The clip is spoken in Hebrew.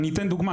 אני אתן דוגמא,